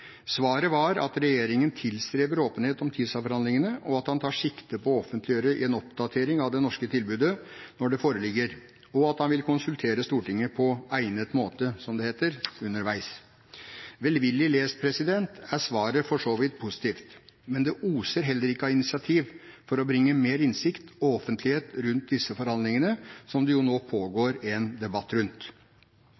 Svaret var at regjeringen tilstreber åpenhet om TISA-forhandlingene, og at han tar sikte på å offentliggjøre en oppdatering av det norske tilbudet når det foreligger, og at han vil konsultere Stortinget på egnet måte, som det heter, underveis. Velvillig lest er svaret for så vidt positivt, men det oser heller ikke av initiativ for å bringe mer innsikt og offentlighet rundt disse forhandlingene, som det jo nå